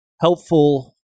helpful